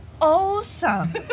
awesome